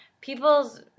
people's